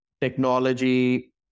technology